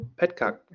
Petcock